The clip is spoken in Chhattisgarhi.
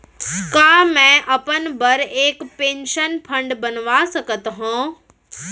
का मैं अपन बर एक पेंशन फण्ड बनवा सकत हो?